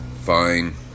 Fine